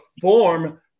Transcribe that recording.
form